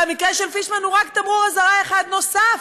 והמקרה של פישמן הוא רק תמרור אזהרה אחד נוסף.